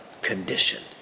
condition